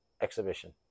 exhibition